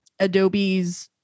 adobe's